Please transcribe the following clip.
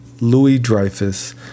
Louis-Dreyfus